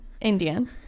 Indian